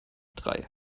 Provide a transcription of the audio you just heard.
drei